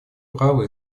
право